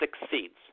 succeeds